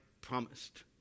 promised